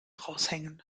raushängen